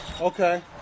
Okay